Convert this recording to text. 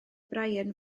bryan